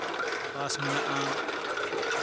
ᱵᱟᱥ ᱢᱮᱱᱟᱜᱼᱟ